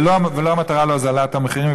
ולא המטרה להוזלת המחירים,